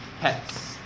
pets